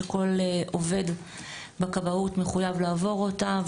שכל עובד בכבאות מחויב לעבור אותה,